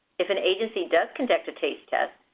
if an agency does conduct a taste test,